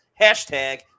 hashtag